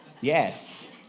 Yes